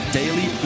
daily